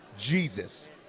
Jesus